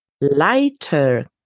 lighter